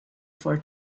for